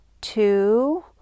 two